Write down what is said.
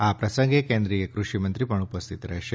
આ પ્રસંગે કેન્દ્રિય કૃષિ મંત્રી પણ ઉપસ્થિત રહેશે